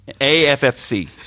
A-F-F-C